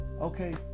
okay